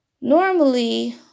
normally